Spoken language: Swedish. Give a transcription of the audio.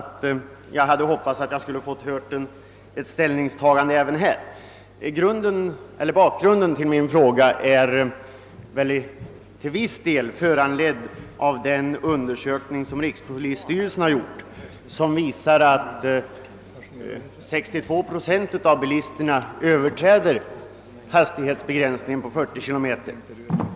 Jag hade hoppats att även nu få höra en kommunikationsministers ställningstagande i denna fråga. Bakgrunden till min fråga är till viss del den undersökning, som rikspolisstyrelsen gjort och som visar att 62 procent av bilisterna överträder hastighetsgränsen på 40 km.